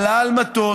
ועלה על מטוס